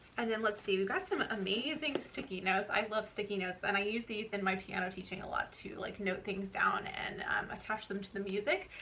and then let's see, we've got some amazing sticky notes. i love sticky notes and i use these in my piano teaching a lot to like, note things down and attach them to the music.